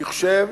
אני חושב